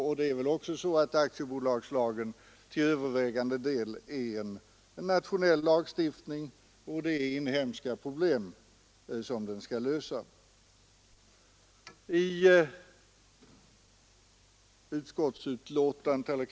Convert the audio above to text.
Och dessutom är aktiebolagslagen till övervägande delen en nationell lagstiftning, som skall lösa inhemska problem.